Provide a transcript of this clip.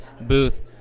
booth